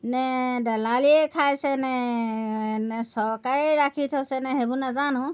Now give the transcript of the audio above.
নে দেলালিয়েই খাইছেনে নে চৰকাৰেই ৰাখি থৈছেনে সেইবোৰ নাজানো